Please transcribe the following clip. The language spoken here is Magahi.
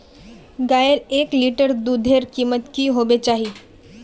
गायेर एक लीटर दूधेर कीमत की होबे चही?